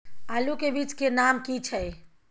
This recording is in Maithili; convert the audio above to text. आलू के बीज के नाम की छै?